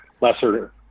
lesser